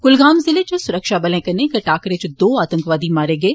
कुलगाम ज़िले च सुरक्षाबलें कन्नै इक टाकरे च दो आतंकवादी मारे गे